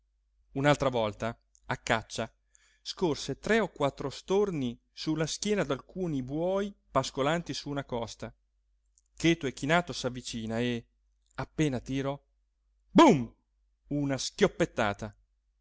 un'altra volta a caccia scorse tre o quattro storni su la schiena d'alcuni buoi pascolanti su una costa cheto e chinato s'avvicina e appena a tiro bum una schioppettata